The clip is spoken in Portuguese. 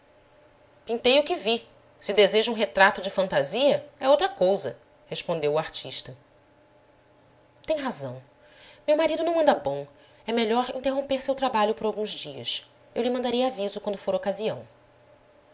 o que vi se deseja um retrato de fantasia é outra cousa respondeu o artista tem razão meu marido não anda bom é melhor interromper seu trabalho por alguns dias eu lhe mandarei aviso quando for ocasião